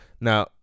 now